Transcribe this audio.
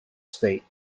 state